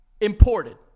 Imported